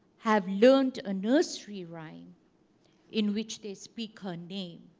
have learned a nursery rhyme in which they speak her name.